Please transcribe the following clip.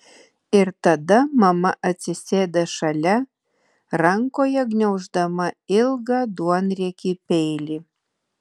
ir tada mama atsisėda šalia rankoje gniauždama ilgą duonriekį peilį